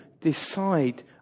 decide